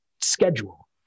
schedule